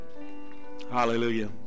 Hallelujah